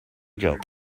joke